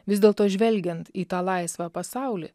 vis dėlto žvelgiant į tą laisvą pasaulį